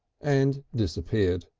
and disappear.